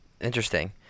Interesting